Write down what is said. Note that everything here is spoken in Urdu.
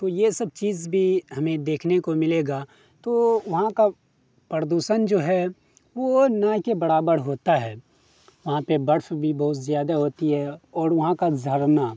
تو یہ سب چیز بھی ہمیں دیکھنے کو ملے گا تو وہاں کا پردوشن جو ہے وہ نہ کہ برابر ہوتا ہے وہاں پہ برف بھی بہت زیادہ ہوتی ہے اور وہاں کا جھرنا